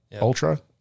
Ultra